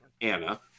Anna